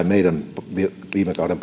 meidän parasta viime kauden